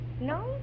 no